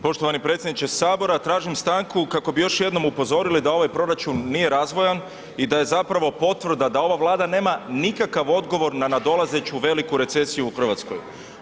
Poštovani predsjedniče Sabora, tražim stanku kako bi još jednom upozorili da ovaj proračun nije razvojan i da je zapravo potvrda da ova Vlada nema nikakav odgovor na nadolazeću veliku recesiju u Hrvatskoj.